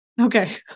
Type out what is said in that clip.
Okay